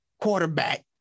quarterback